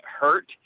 hurt